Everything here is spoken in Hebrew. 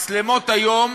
מצלמות היום